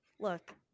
look